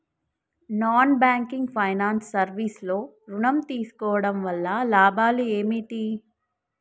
Non banking finance service లో ఋణం తీసుకోవడం వల్ల లాభాలు ఏమిటి?